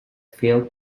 failed